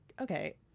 okay